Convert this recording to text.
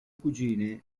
cugine